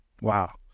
Wow